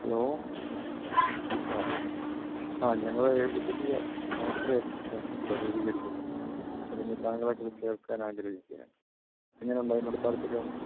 hello ആ ആ ഞങ്ങളുടെയൊരു പുതിയ സ്വാശ്രയ സംഘം രൂപീകരിക്കുന്നുണ്ട് അതിന് താങ്കളെക്കൂടി ചേർക്കാനാഗ്രഹിക്കുകയാണ് എങ്ങനെയുണ്ട് അതിനോട് താൽപ്പര്യമുണ്ടോ